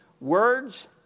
Words